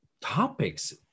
topics